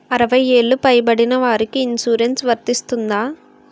అరవై ఏళ్లు పై పడిన వారికి ఇన్సురెన్స్ వర్తిస్తుందా?